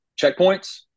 checkpoints